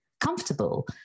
comfortable